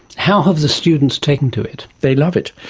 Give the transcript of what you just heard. how have the students taken to it? they love it.